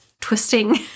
twisting